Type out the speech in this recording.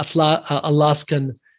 Alaskan